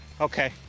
Okay